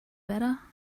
better